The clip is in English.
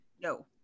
No